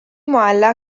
معلق